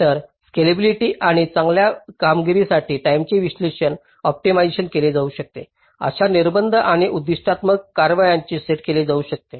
तर स्केलेबिलिटि आणि चांगल्या कामगिरीसाठी टाईमेचे विश्लेषण ऑप्टिमाइझ केले जाऊ शकते अशा निर्बंध आणि उद्दीष्टात्मक कार्याद्वारे सेट केले जाऊ शकते